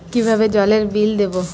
কিভাবে জলের বিল দেবো?